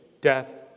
death